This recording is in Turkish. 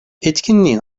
etkinliğin